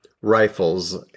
rifles